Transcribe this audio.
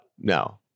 No